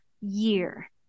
year